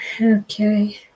Okay